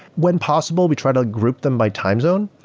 when possible, we try to group them by time zone.